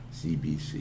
CBC